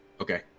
Okay